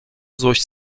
złość